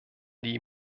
die